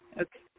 Okay